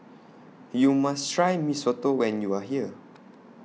YOU must Try Mee Soto when YOU Are here